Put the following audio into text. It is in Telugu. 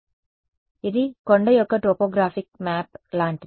కాబట్టి ఇది కొండ యొక్క టోపోగ్రాఫిక్ మ్యాప్ లాంటిది